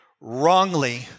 wrongly